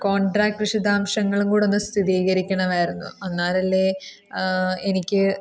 contract വിശദാംശങ്ങളും കൂടൊന്ന് സ്ഥിതീകരിക്കണമായിരുന്നു അന്നാലല്ലേ എനിക്ക്